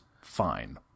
fine